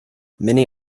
many